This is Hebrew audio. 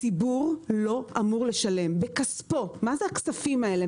הציבור לא אמור לשלם בכספו, מה זה הכספים האלה?